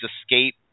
escape